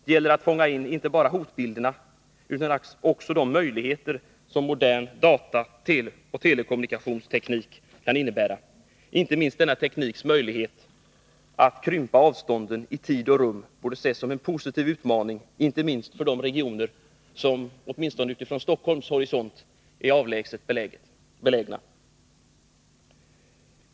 Det gäller att fånga in inte bara hotbilderna utan också de möjligheter som modern dataoch telekommunikationsteknik kan innebära. Inte minst denna tekniks möjlighet att krympa avstånden i tid och rum borde ses som en positiv utmaning, åtminstone för de regioner som från Stockholms horisont sett är avlägset belägna.